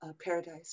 paradise